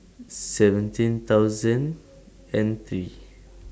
seventeen thousand and three